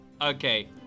Okay